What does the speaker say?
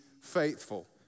faithful